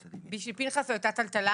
בשביל פנחס זו אותה טלטלה